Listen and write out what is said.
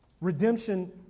Redemption